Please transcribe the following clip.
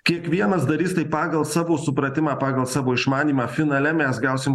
kiekvienas darys tai pagal savo supratimą pagal savo išmanymą finale mes gausim